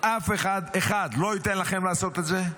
אף אחד לא ייתן לכם לעשות את זה.